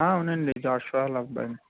అవునండి జాషువవాళ్ళ అబ్బాయిని